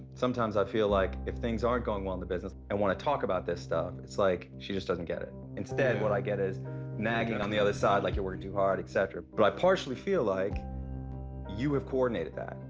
sometimes i feel like if things aren't going well in the business, i want to talk about this stuff. it's like she's just doesn't get it. yeah. instead what i get is nagging on the other side, like, you're working too hard et cetera. but i partially feel like you have coordinated that.